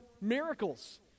miracles